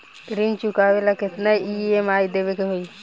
ऋण चुकावेला केतना ई.एम.आई देवेके होई?